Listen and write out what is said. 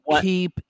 keep